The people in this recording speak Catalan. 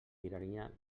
tirania